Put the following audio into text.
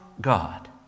God